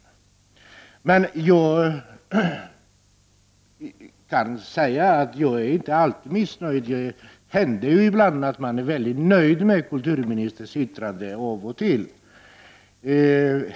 Jag kan dock säga att jag inte alls är missnöjd. Det händer ibland att man är väldigt nöjd med kulturministerns yttranden av och till.